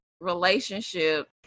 Relationship